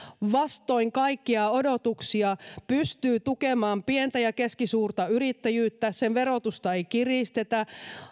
vastoin kaikkia odotuksia pystyy tukemaan pientä ja keskisuurta yrittäjyyttä sen verotusta ei kiristetä